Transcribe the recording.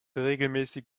regelmäßig